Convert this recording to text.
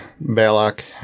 balak